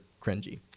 cringy